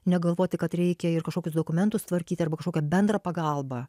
negalvoti kad reikia ir kažkokius dokumentus tvarkyti arba kažkokią bendrą pagalbą